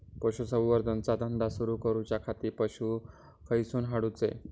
पशुसंवर्धन चा धंदा सुरू करूच्या खाती पशू खईसून हाडूचे?